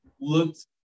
looked